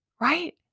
Right